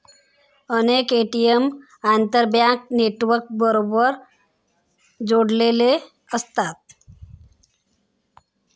अनेक ए.टी.एम आंतरबँक नेटवर्कबरोबर जोडलेले असतात